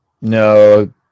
No